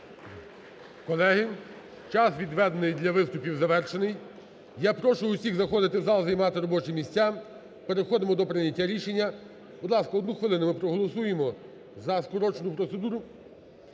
Колеги, час, відведений для виступів, завершений. Я прошу усіх заходити в зал, займати робочі місця. Переходимо до прийняття рішення. Будь ласка, одну хвилину. Ми проголосуємо за скорочену процедуру.